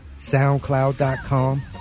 soundcloud.com